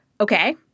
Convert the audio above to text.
okay